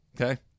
Okay